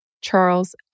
Charles